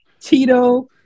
Tito